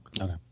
Okay